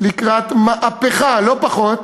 לקראת מהפכה, לא פחות,